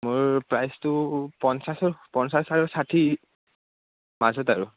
মোৰ প্ৰাইচটো পঞ্চাছৰ পঞ্চাছ আৰু ষাঠি মাজত আৰু